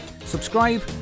subscribe